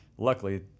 Luckily